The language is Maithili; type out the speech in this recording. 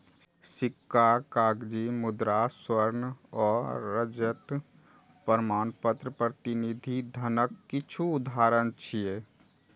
सिक्का, कागजी मुद्रा, स्वर्ण आ रजत प्रमाणपत्र प्रतिनिधि धनक किछु उदाहरण छियै